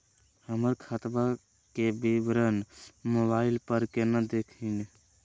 हमर खतवा के विवरण मोबाईल पर केना देखिन?